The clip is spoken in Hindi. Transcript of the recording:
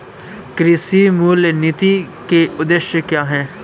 कृषि मूल्य नीति के उद्देश्य क्या है?